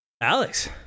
Alex